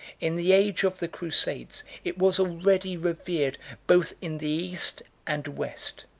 in the age of the crusades, it was already revered both in the east and west.